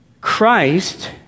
Christ